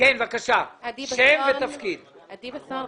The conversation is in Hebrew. הפרסומים